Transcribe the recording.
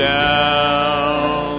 down